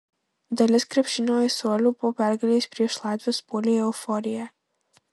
dalis krepšinio aistruolių po pergalės prieš latvius puolė į euforiją